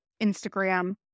Instagram